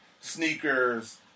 Sneakers